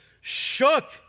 shook